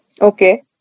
Okay